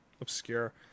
obscure